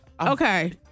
Okay